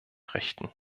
rechten